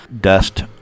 dust